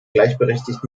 gleichberechtigt